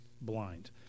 blind